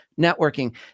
networking